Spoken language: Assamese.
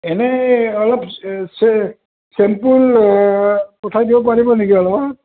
এনেই অলপ চেম্পোল পঠাই দিব পাৰিব নেকি অলপমাণ